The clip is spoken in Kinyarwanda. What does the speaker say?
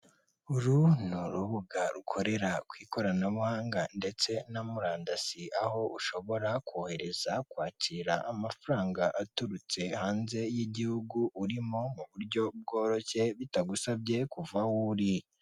Uru ni urubuga rukorera ku ikoranabuhanga ndetse na murandasi aho ushobora kohereza kwakira amafaranga aturutse hanze y'igihugu urimo mu buryo bworoshye bitagusabye kuva aho uri.